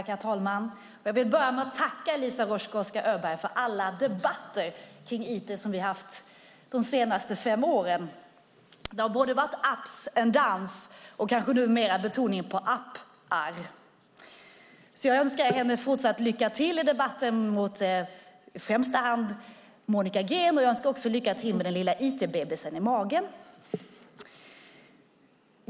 Herr talman! Jag vill börja med att tacka Eliza Roszkowska Öberg för alla debatter om IT som vi haft de senaste fem åren. Det har varit up and down, och numera kanske betoningen är på appar. Jag önskar henne fortsatt lycka till i debatter med i första hand Monica Green, och jag önskar också lycka till med den lilla IT-bebisen i magen.